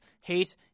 hate